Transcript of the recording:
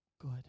good